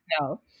No